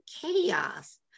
chaos